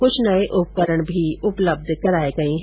कुछ नए उपकरण भी उपलब्ध कराए गए हैं